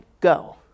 go